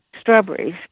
strawberries